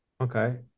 Okay